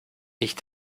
ich